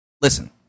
Listen